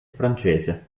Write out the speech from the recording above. francese